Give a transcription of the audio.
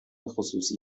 خصوصی